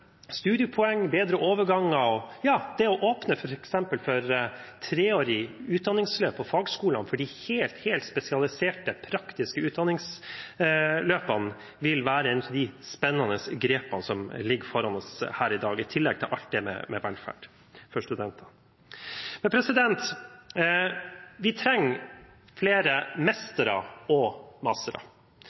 studiepoeng, bedre overganger og det f.eks. å åpne for treårig utdanningsløp på fagskolene i de helt spesialiserte praktiske utdanningsløpene vil være et av de spennende grepene som ligger foran oss her i dag, i tillegg til alt om velferd for studenter. Vi trenger flere mestere og mastere.